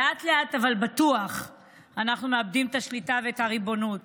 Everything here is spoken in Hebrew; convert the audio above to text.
לאט אבל בטוח אנחנו מאבדים את השליטה ואת הריבונות.